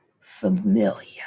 familiar